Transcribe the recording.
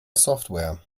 software